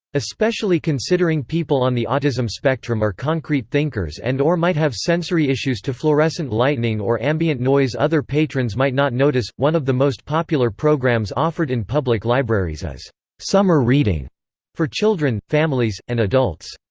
especially considering people on the autism spectrum are concrete thinkers and or might have sensory issues to fluorescent lightning or ambient noise other patrons might not notice one of the most popular programs offered in public libraries is summer reading for children, families, and adults.